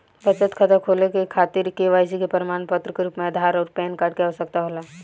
बचत खाता खोले के खातिर केवाइसी के प्रमाण के रूप में आधार आउर पैन कार्ड के आवश्यकता होला